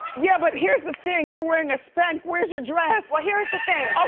yeah but here's the thing, you're wearing a spanx, where's your dress? well here's the thing.